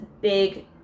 big